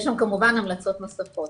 יש שם כמובן המלצות נוספות.